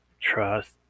trust